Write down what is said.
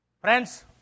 Friends